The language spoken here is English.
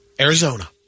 Arizona